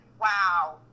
wow